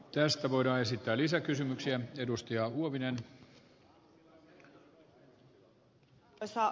tästä voidaan esittää lisäkysymyksiä muuttaa sen asemaa